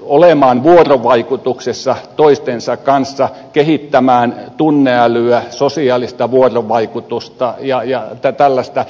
olemaan vuorovaikutuksessa toistensa kanssa kehittämään tunneälyä sosiaalista vuorovaikutusta ja tällaista